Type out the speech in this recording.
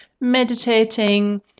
meditating